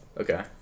Okay